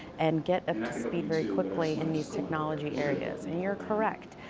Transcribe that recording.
and get quickly in these technology areas. and you're correct,